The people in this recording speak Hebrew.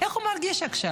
איך הוא מרגיש עכשיו,